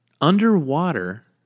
underwater